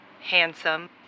handsome